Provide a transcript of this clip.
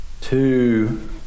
two